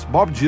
Bob